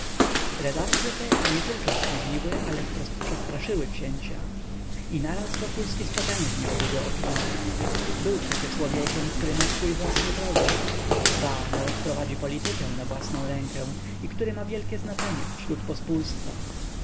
relacye te nietylko zdziwiły ale wprost przestraszyły księcia i naraz wokulski spotężniał w jego opinii był przecie człowiekiem który ma swój własny program ba nawet prowadzi politykę na własną rękę i który ma wielkie znaczenie wśród